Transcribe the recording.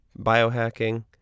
biohacking